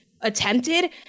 attempted